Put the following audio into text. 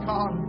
God